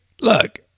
look